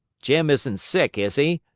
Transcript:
jim isn't sick, is he?